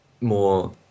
more